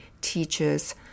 teacher's